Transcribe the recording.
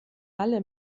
alle